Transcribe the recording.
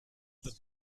that